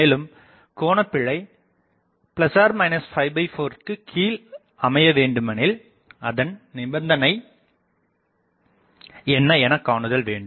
மேலும் கோண பிழை 4 விற்கு கீழ் அமையவேண்டுமெனில் அதன் நிபந்தனை என்ன என காணுதல் வேண்டும்